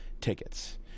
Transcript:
tickets